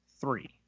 Three